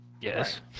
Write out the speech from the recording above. yes